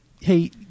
Hey